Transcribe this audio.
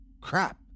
Crap